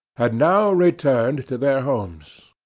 had now returned to their homes.